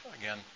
again